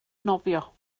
nofio